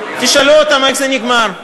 תשאלו אותם איך זה נגמר.